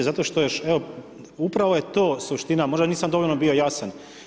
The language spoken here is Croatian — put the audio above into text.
Zato što još, evo, upravo je to suština, možda nisam dovoljno bio jasan.